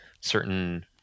certain